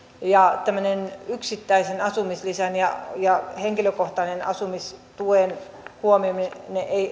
tämmöinen yksittäisen asumislisän ja ja henkilökohtaisen asumistuen huomioiminen